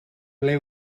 ble